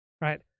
right